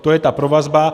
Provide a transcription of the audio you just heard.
To je ta provazba.